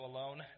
Alone